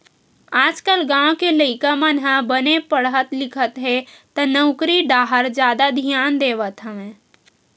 आजकाल गाँव के लइका मन ह बने पड़हत लिखत हे त नउकरी डाहर जादा धियान देवत हवय